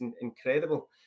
incredible